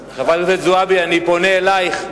חברת הכנסת זועבי, אני פונה אלייך.